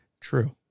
True